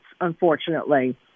unfortunately